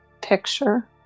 picture